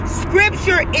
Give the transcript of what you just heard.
scripture